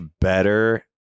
better